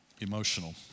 emotional